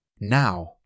Now